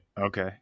Okay